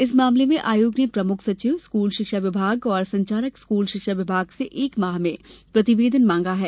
इस मामले में आयोग ने प्रमुख सचिव स्कूल शिक्षा विभाग और संचालक स्कूल शिक्षा विभाग से एक माह में प्रतिवेदन मांगा है